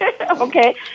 Okay